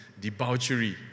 debauchery